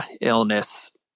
illness